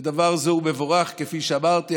ודבר זה הוא מבורך, כפי שאמרתי.